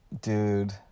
dude